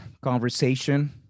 conversation